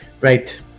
Right